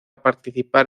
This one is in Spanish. participar